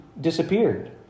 Disappeared